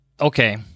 Okay